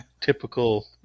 typical